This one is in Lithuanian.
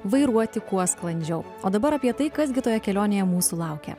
vairuoti kuo sklandžiau o dabar apie tai kas gi toje kelionėje mūsų laukia